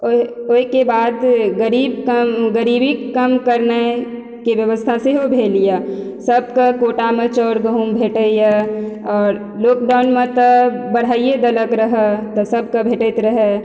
ओइ ओइकेबाद गरीब कम गरीबी कम करनाइके व्यवस्था सेहो भेल यऽ सबके कोटामे चाउर गहूँम भेटइए आओर लॉकडाउनमे तऽ बढ़ाइये देलक रहऽ तऽ सबके भेटैत रहय